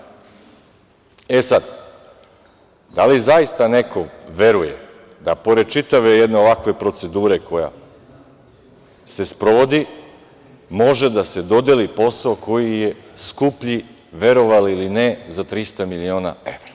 Sad da li zaista neko veruje da, pored čitave jedne ovakve procedure koja se sprovodi, može da se dodeli posao koji je skuplji, verovali ili ne, za 300 miliona evra.